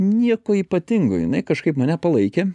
nieko ypatingo jinai kažkaip mane palaikė